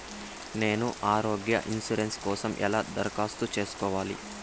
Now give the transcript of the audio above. నేను ఆరోగ్య ఇన్సూరెన్సు కోసం ఎలా దరఖాస్తు సేసుకోవాలి